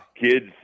Kids